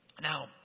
Now